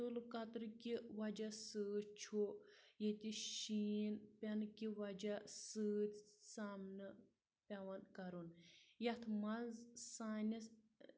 تلہٕ کَترٕ کہِ وجہہ سۭتۍ چھُ ییٚتہِ شیٖن پیٚنہٕ کہِ وجہہ سۭتۍ سامانہٕ پیوان کَرُن یَتھ منٛز سٲنِس